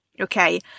okay